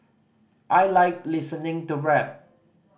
I like listening to rap